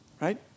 Right